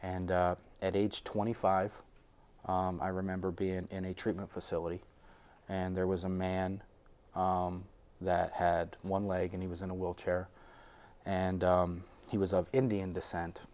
and at age twenty five i remember being in a treatment facility and there was a man that had one leg and he was in a wheelchair and he was of indian descent